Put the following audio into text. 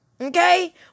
Okay